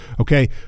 okay